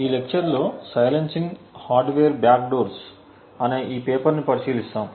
ఈ లెక్చర్ లో silencing hardware backdoors అనే ఈ పేపర్ని పరిశీలిస్తాము